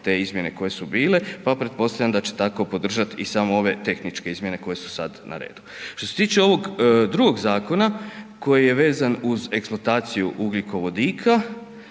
te izmjene koje su bile pa pretpostavljam da će tako podržati i samo ove tehničke izmjene koje su sad na redu. Što se tiče ovog drugog zakona koji je vezan uz eksploataciju ugljikovodika,